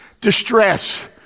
distress